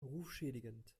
rufschädigend